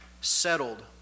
settled